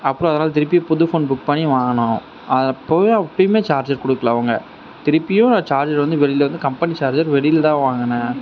அப்புறம் அதனால் திருப்பி புது ஃபோன் புக் பண்ணி வாங்கினோம் அது அப்பவும் அப்பவுமே சார்ஜர் கொடுக்கல அவங்க திருப்பியும் சார்ஜர் வந்து வெளியிலருந்து கம்பெனி சார்ஜர் வெளியில் தான் வாங்கினேன்